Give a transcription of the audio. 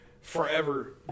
forever